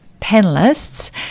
panelists